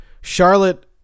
Charlotte